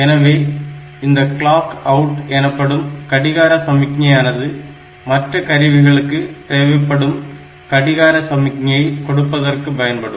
எனவே இந்த CLK OUT எனப்படும் கடிகார சமிக்ஞையானது மற்ற கருவிகளுக்கு தேவைப்படும் கடிகார சமிக்ஞையை கொடுப்பதற்கு பயன்படும்